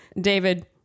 David